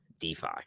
DeFi